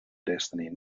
destiny